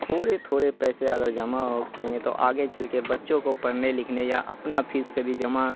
تھوڑے تھوڑے پیسے اگر جمع ہوتے ہیں تو آگے چل کے بچوں کو پرھنے لکھنے یا اپنا فیس کبھی جمع